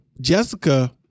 jessica